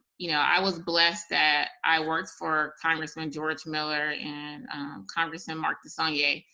you know i was blessed that i worked for congressman george miller and congressman mark desaulnier.